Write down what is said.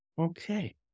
Okay